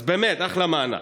אז באמת, אחלה מענק.